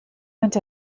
went